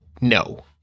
no